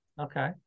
Okay